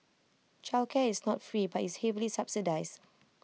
childcare is not free but is heavily subsidised